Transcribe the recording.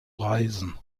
reisen